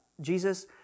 Jesus